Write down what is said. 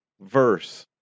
verse